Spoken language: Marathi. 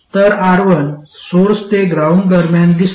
तर R1 सोर्स ते ग्राउंड दरम्यान दिसते